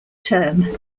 term